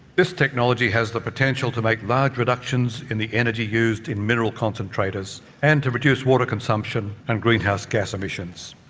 this technology has the potential to make large reductions in the energy used in mineral concentrators and to reduce water consumption and greenhouse gas emissions.